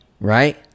right